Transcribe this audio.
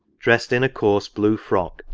dressed in a coarse blue frock,